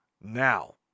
Now